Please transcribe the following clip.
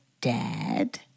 dad